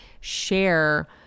share